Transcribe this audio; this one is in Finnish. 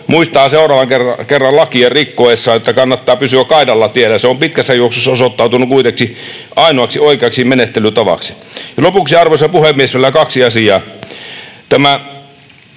muistaa seuraavan kerran lakia rikkoessaan, että kannattaa pysyä kaidalla tiellä. Se on pitkässä juoksussa osoittautunut kuitenkin ainoaksi oikeaksi menettelytavaksi. Lopuksi, arvoisa puhemies, vielä kaksi asiaa: